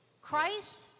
Christ